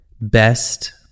best